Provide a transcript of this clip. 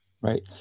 right